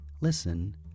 listen